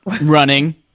Running